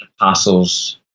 apostles